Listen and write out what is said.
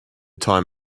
time